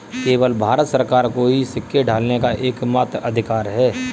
केवल भारत सरकार को ही सिक्के ढालने का एकमात्र अधिकार है